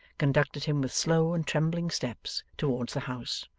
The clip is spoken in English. conducted him with slow and trembling steps towards the house.